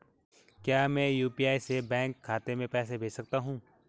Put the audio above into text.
क्या मैं यु.पी.आई से बैंक खाते में पैसे भेज सकता हूँ?